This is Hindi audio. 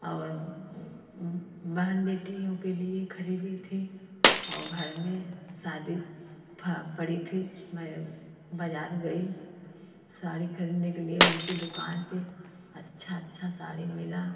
और बहन बेटियों के लिए खरीदी थी और घर में शादी फ पड़ी थी मैं बाजार गई साड़ी खरीदने के लिए उनकी दुकान पर अच्छा अच्छा साड़ी मिला